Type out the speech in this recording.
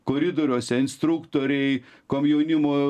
koridoriuose instruktoriai komjaunimo